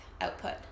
output